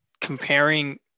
Comparing